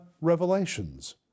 revelations